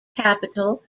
capital